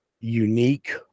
Unique